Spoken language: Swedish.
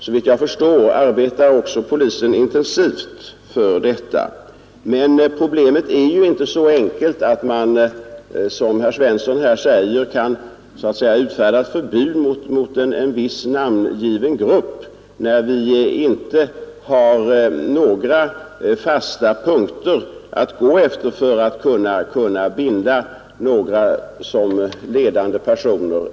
Såvitt jag förstår arbetar polisen intensivt för detta. Men problemet är inte så enkelt att man, som herr Svensson i Malmö säger, kan utfärda ett förbud mot en viss namngiven grupp, eftersom vi inte har något att gå efter för att kunna binda några såsom ledande personer.